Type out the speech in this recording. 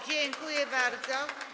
Dziękuję bardzo.